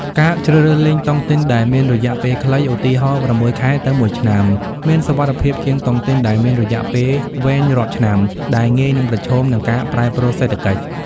ការជ្រើសរើសលេងតុងទីនដែលមាន "រយៈពេលខ្លី" (ឧទាហរណ៍ ៦ ខែ ទៅ ១ ឆ្នាំ) មានសុវត្ថិភាពជាងតុងទីនដែលមានរយៈពេលវែងរាប់ឆ្នាំ ដែលងាយនឹងប្រឈមនឹងការប្រែប្រួលសេដ្ឋកិច្ច។